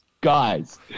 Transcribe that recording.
Guys